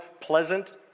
pleasant